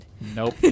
Nope